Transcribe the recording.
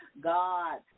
God